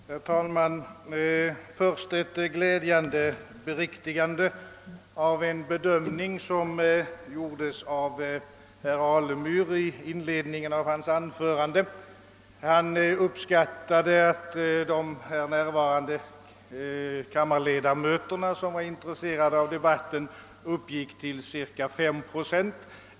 Herr talman! Först ett glädjande beriktigande av en bedömning som gjordes av herr Alemyr i inledningen av hans anförande. Han uppskattade, att de här närvarande kammarledamöterna, som var intresserade av debatten, uppgick till cirka 5 procent.